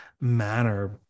manner